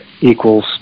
equals